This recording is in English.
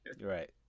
Right